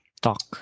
Talk